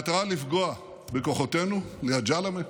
במטרה לפגוע בכוחותינו ליד ג'למה.